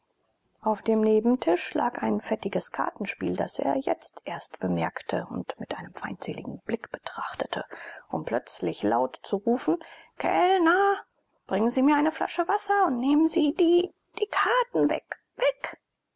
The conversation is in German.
auf dem nebentisch lag ein fettiges kartenspiel das er jetzt erst bemerkte und mit einem feindseligen blick betrachtete um plötzlich laut zu rufen kellner bringen sie mir eine flasche wasser und nehmen sie die die karten weg weg